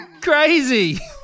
Crazy